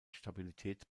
stabilität